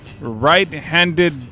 right-handed